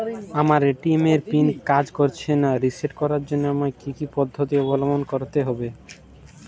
আমার এ.টি.এম এর পিন কাজ করছে না রিসেট করার জন্য আমায় কী কী পদ্ধতি অবলম্বন করতে হবে?